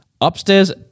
upstairs